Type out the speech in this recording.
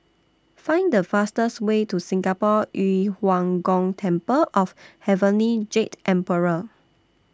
Find The fastest Way to Singapore Yu Huang Gong Temple of Heavenly Jade Emperor